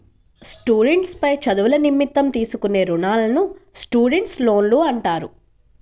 students పై చదువుల నిమిత్తం తీసుకునే రుణాలను స్టూడెంట్స్ లోన్లు అంటారు